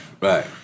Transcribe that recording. right